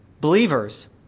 believers